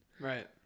Right